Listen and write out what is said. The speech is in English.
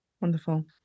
Wonderful